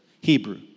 Hebrew